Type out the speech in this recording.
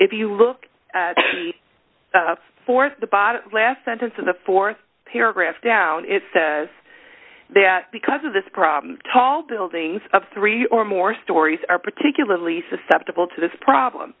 if you look for the bottom last sentence in the th paragraph down it says that because of this problem tall buildings of three or more stories are particularly susceptible to this problem